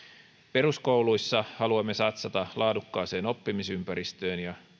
peruskouluissa haluamme satsata laadukkaaseen oppimisympäristöön ja